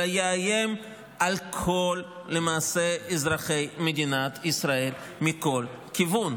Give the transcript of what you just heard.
אלא למעשה יאיים על כל אזרחי מדינת ישראל מכל כיוון.